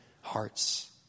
hearts